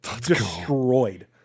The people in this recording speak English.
destroyed